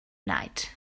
night